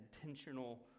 intentional